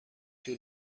طول